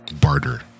barter